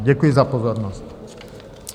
Děkuji za pozornost.